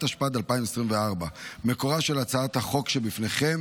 התשפ"ד 2024. מקורה של הצעת החוק שבפניכם